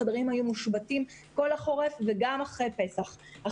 החדרים היו מושבתים כל החורף וגם אחרי פסח.